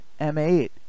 M8